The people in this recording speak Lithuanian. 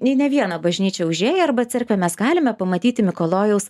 į ne vieną bažnyčią užėję arba cerkvę mes galime pamatyti mikalojaus